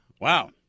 wow